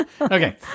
okay